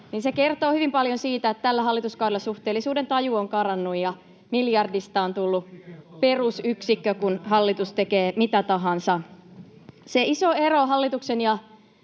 Se kertoo hyvin paljon siitä, että tällä hallituskaudella suhteellisuudentaju on karannut ja miljardista on tullut perusyksikkö, kun hallitus tekee mitä tahansa. Se iso ero hallituksen ja